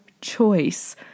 choice